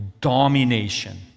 domination